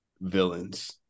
villains